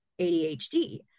ADHD